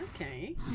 Okay